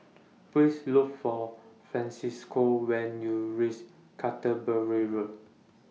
Please Look For Francisco when YOU REACH Canterbury Road